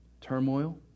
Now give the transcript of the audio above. Turmoil